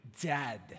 dead